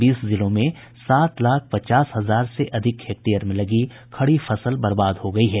बीस जिलों में सात लाख पचास हजार से अधिक हेक्टेयर में लगी खड़ी फसल बर्बाद हो गई है